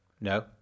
No